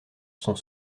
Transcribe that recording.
sont